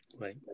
Right